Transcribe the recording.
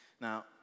Now